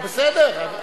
בסדר.